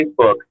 Facebook